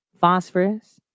Phosphorus